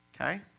Okay